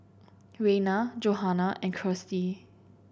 Rayna Johanna and Kirstie